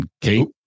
Kate